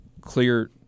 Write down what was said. Clear